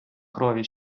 крові